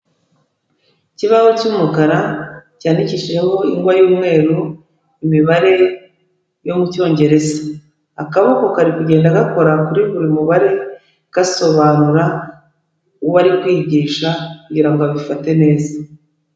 Ikibaho cy'umukara, cyandikishijeho ingwa y'umweru, imibare yo mu Cyongereza. Akaboko kari kugenda gakora kuri buri mubare, gasobanura, uwo ari kwigisha kugira ngo abifate neza.